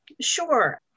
Sure